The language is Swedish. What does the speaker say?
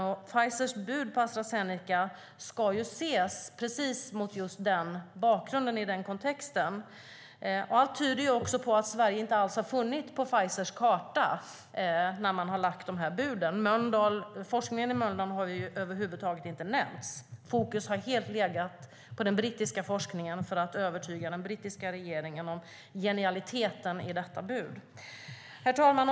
Pfizers bud på Astra Zeneca ska ses mot precis den bakgrunden. Allt tyder också på att Sverige inte alls har funnits på Pfizers karta när buden har lagts. Forskningen i Mölndal har över huvud taget inte nämnts. Fokus har helt legat på den brittiska forskningen för att övertyga den brittiska regeringen om genialiteten i detta bud. Herr talman!